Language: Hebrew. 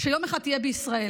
שיום אחד תהיה בישראל.